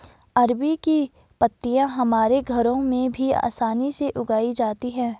अरबी की पत्तियां हमारे घरों में भी आसानी से उगाई जाती हैं